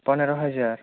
পনেরো হাজার